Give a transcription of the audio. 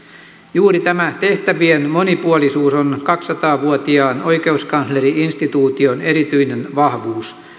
juuri tämä tehtävien monipuolisuus on kaksisataa vuotiaan oikeuskansleri instituution erityinen vahvuus